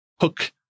hook